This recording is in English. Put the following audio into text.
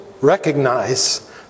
recognize